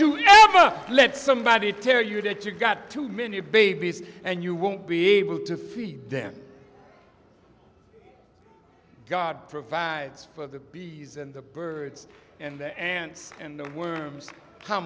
you let somebody tell you that you've got too many babies and you won't be able to feed them god provides for the bees and the birds and the ants and the worms how